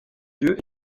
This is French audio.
lieu